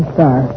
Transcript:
Star